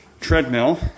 treadmill